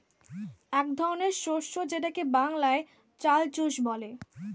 এক ধরনের শস্য যেটাকে বাংলায় চাল চুষ বলে